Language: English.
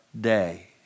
day